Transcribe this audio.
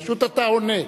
פשוט, אתה עונה.